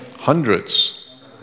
hundreds